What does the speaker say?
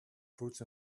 fruits